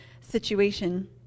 situation